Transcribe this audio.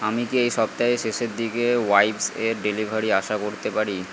আমি কি এই সপ্তাহে শেষের দিকে ওয়াইপ্স এর ডেলিভারি আশা করতে পারি